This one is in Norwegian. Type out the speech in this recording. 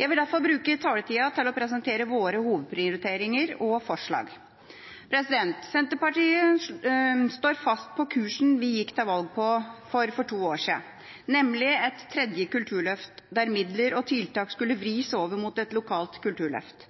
Jeg vil derfor bruke taletida til å presentere våre hovedprioriteringer og forslag. Senterpartiet står fast på kursen vi gikk til valg på for to år siden, nemlig et tredje kulturløft der midler og tiltak skulle vris over mot et lokalt kulturløft.